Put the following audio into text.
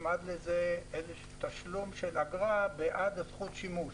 הוצמד לזה תשלום של אגרה בעד זכות השימוש.